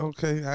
Okay